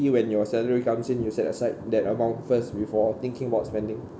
you when your salary comes in you set aside that amount first before thinking about spending